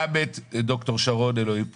גם את ד"ר שרון אלרעי פרייס,